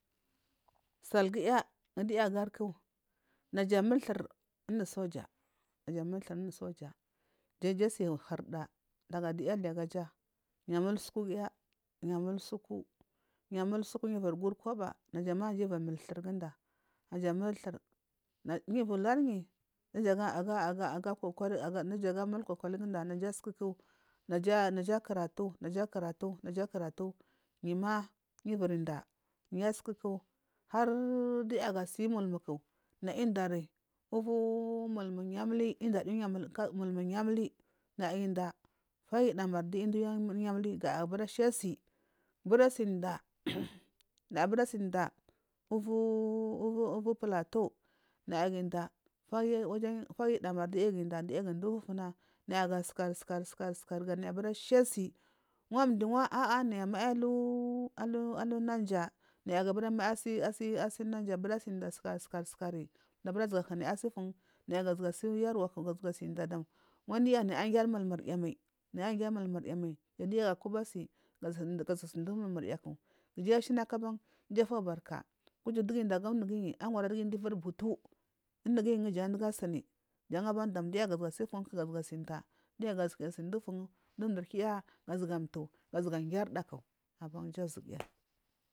Salgiya ungu dunaya agariku naja a mulu thur unu soya naga amulu thur unu soja jan dija asi hurda daga diya ali aga jay u amulu suka giya amabu suku yu uviri guri koba. Nda ma naja iviri mulu thur ginda noja mai thur yu iviri ulari yi dija aga ga kulluli gunda. Naja akora tu akaratu akaratu yumu yu iviri inda yu asuku har dunaya ga si umuluku naya indari uvu muluma yamuli indan ya umulum yamuri fa yudaumavi diya inda ulumu yamuri j naya inda naya gabira sha asi inda naya bira simda u’u uvu plato ginda farya waja yudaumari wuri inda diya ginda ifina ga sukari sukari ga bira sha asi wanu diyi unwa nayi amayi alu naiya naya mayi asi naija bira siyi sukar sukar umdu ga bira azuwa luriya asi ufun naya ga zuwa si uyanu gi inda dam wandiya naya agiyan mulumurya mai naya agiyari malumuya mai jan diya akuba asi. Ga zuwa si inda ulununya ku dam kijayi athana ban iju afubaka kuje dugu mda aga unuguyi anwara iviri butu unigiyu jan dugu ajini jan ban dan diya ga zuwa si inda ufun duya ga zuwa si inda du mduri kigiya ga zuwa umtu ga giyari daku aban ja zuguya.